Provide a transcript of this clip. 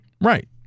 Right